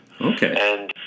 Okay